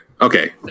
okay